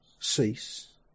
cease